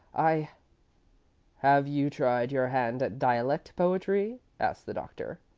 i have you tried your hand at dialect poetry? asked the doctor.